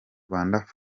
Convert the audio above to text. fans